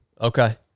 Okay